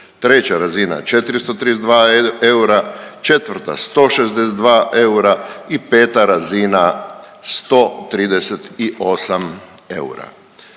3. razina 432 eura, 4. 162 eura i 5. razina 138 eura.